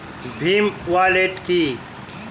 Bhim wallet কি?